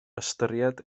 ystyried